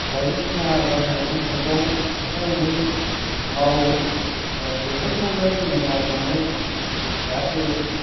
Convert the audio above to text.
बायदिसिना आबाद मैगं थाइगं एफा एनै मावो दा बेफोरखौनो जोङो मावनानै जाहाथे